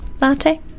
Latte